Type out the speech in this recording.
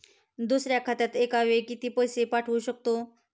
दुसऱ्या खात्यात एका वेळी किती पैसे पाठवू शकतो?